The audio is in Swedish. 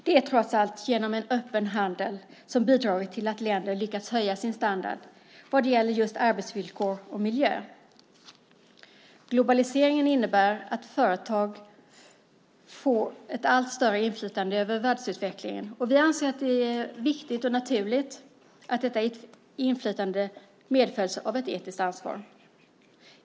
Det är trots allt en öppen handel som har bidragit till att länder lyckats höja sin standard vad gäller just arbetsvillkor och miljö. Globaliseringen innebär att företag får ett allt större inflytande över världsutvecklingen. Vi anser att det är viktigt och naturligt att detta inflytande medföljs av ett etiskt ansvar.